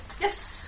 Yes